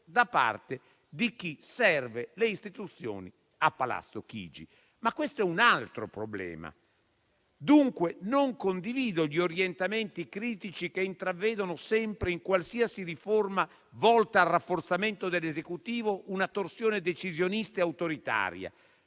da parte di chi serve le Istituzioni a Palazzo Chigi. Questo è però un altro problema. Non condivido dunque gli orientamenti critici che intravedono sempre, in qualsiasi riforma volta al rafforzamento dell'Esecutivo, una torsione decisionista e autoritaria,